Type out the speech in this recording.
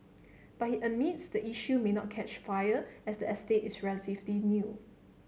but he admits the issue may not catch fire as the estate is relatively new